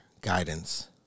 guidance